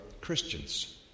Christians